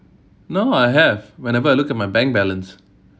now I have whenever I look at my bank balance